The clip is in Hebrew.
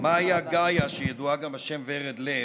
מאיה גאיה, שידועה גם בשם ורד לב.